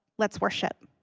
let's worship.